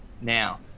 now